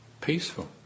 peaceful